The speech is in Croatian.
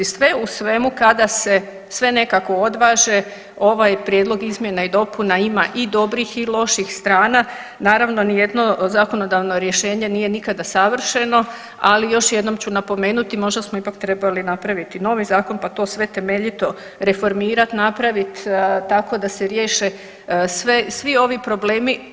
Sve u svemu kada se sve nekako odvaže ovaj prijedlog izmjena i dopuna ima i dobrih i loših strana, naravno nijedno zakonodavno rješenje nije nikada savršeno, ali još jednom ću napomenuti, možda smo ipak trebali napraviti novi zakon pa to sve temeljito reformirat, napravit tako da se riješe svi ovi problemi.